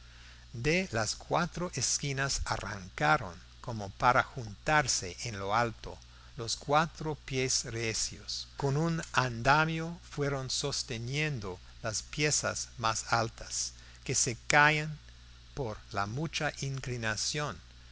de las cuatro esquinas arrancaron como para juntarse en lo alto los cuatro pies recios con un andamio fueron sosteniendo las piezas más altas que se caían por la mucha inclinación